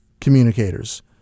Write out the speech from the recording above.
communicators